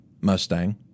Mustang